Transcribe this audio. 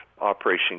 Operation